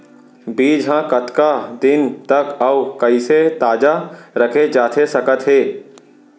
बीज ह कतका दिन तक अऊ कइसे ताजा रखे जाथे सकत हे?